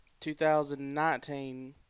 2019